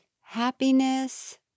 happiness